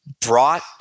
brought